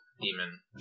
demon